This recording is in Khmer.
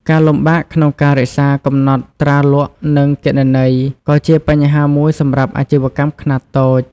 ការលំបាកក្នុងការរក្សាកំណត់ត្រាលក់ និងគណនេយ្យក៏ជាបញ្ហាមួយសម្រាប់អាជីវកម្មខ្នាតតូច។